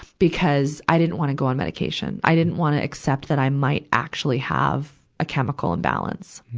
because i didn't wanna go on medication. i didn't wanna accept that i might actually have a chemical imbalance.